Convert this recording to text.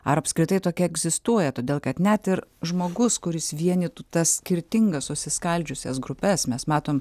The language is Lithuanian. ar apskritai tokia egzistuoja todėl kad net ir žmogus kuris vienytų tas skirtingas susiskaldžiusias grupes mes matom